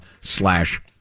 slash